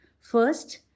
first